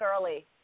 early